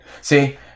See